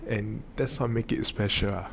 and that's how make it special ah